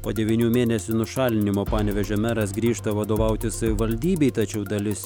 po devynių mėnesių nušalinimo panevėžio meras grįžta vadovauti savivaldybei tačiau dalis